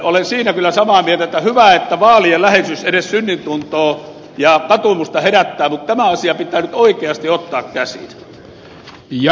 olen siinä kyllä samaa mieltä että hyvä että vaalien läheisyys edes synnintuntoa ja katumusta herättää mutta tämä asia pitää nyt oikeasti ottaa käsiin